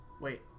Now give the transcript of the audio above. Wait